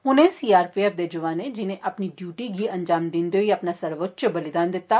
उनें सीआरपीएफ दे जौआने जिनें अपनी डियूटी गी अन्जाम दिन्दे होई अपना सर्वोच्चय बलिदान दित्ता